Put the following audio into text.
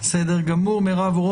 מספר מרכיבים